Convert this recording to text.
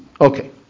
Okay